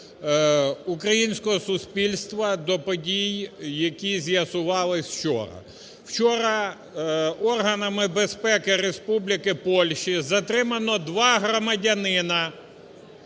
українського суспільства до подій, які з'ясувались вчора. Вчора органами безпеки Республіки Польщі затримано два громадянина